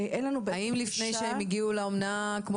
האם לפני שהם הגיעו לאומנה קרה אותו תהליך כמו